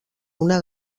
una